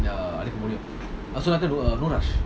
I also wanted rumours